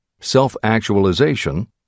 self-actualization